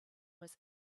was